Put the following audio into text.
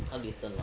updated